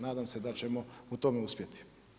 Nadam se da ćemo u tome uspjeti.